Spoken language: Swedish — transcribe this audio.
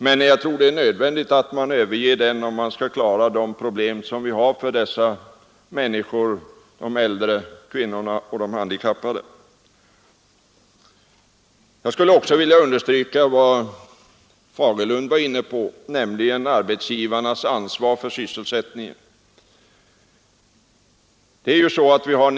Men jag tror att det är nödvändigt att man överger denna neutralitet om man skall kunna klara de äldres, kvinnornas och de handikappades problem. Jag skulle också vilja understryka arbetsgivarnas ansvar för sysselsättningen, som herr Fagerlund var inne på.